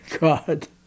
God